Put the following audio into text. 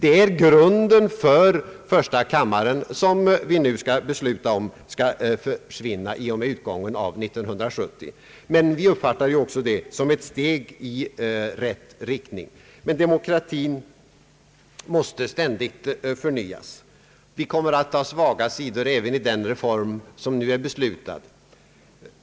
Det är grunden för första kammaren som vi skall besluta om att avskaffa i och med utgången av 1970. Det kommer att finnas svaga sidor även i den reform som nu skall beslutas.